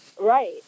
Right